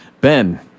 Ben